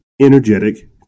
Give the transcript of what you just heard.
energetic